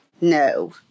No